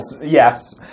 Yes